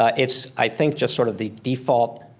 ah it's, i think, just sort of the default